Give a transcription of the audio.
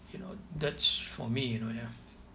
you know that's for me you know ya